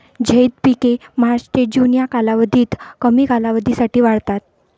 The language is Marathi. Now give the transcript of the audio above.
झैद पिके मार्च ते जून या कालावधीत कमी कालावधीसाठी वाढतात